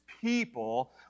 people